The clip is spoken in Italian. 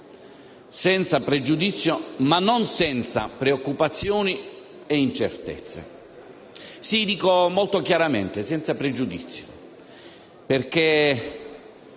senza pregiudizio, ma non senza preoccupazioni o incertezze. Lo dico molto chiaramente: lo abbiamo